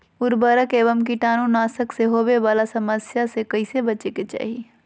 उर्वरक एवं कीटाणु नाशक से होवे वाला समस्या से कैसै बची के चाहि?